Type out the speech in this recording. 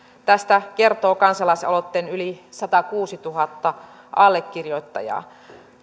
tästä kertoo kansalaisaloitteen yli satakuusituhatta allekirjoittajaa